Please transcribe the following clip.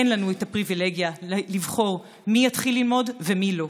אין לנו את הפריבילגיה לבחור מי יתחיל ללמוד ומי לא.